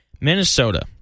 Minnesota